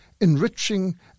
enriching